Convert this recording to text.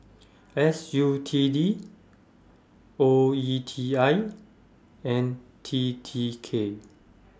S U T D O E T I and T T K